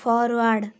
forward